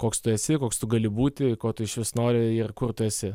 koks tu esi koks tu gali būti ko tu išvis nori ir kur tu esi